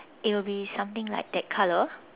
it will be something like that color